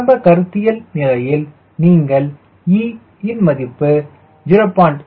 ஆரம்ப கருத்தியல் நிலையில் நீங்கள் e இன் மதிப்பு 0